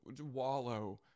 wallow